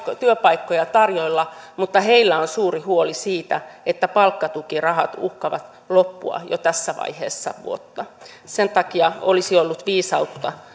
työpaikkoja tarjolla mutta heillä on suuri huoli siitä että palkkatukirahat uhkaavat loppua jo tässä vaiheessa vuotta sen takia olisi ollut viisautta